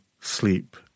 sleep